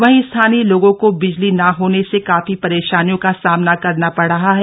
वहीं स्थानीय लोगों को बिजली न होने से काफी परेशानियों का सामना करना पड़ रहा है